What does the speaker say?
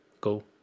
go